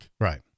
Right